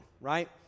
right